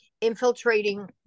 infiltrating